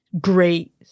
great